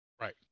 Right